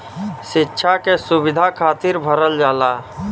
सिक्षा के सुविधा खातिर भरल जाला